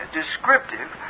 descriptive